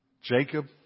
Jacob